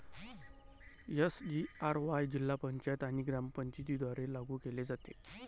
SGRY जिल्हा पंचायत आणि ग्रामपंचायतींद्वारे लागू केले जाते